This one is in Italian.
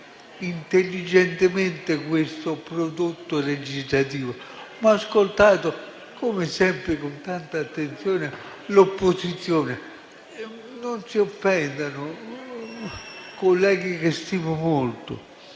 intelligentemente questo prodotto legislativo, ma ho ascoltato, come sempre, con tanta attenzione l'opposizione e non si offendano i colleghi che stimo molto,